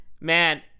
Man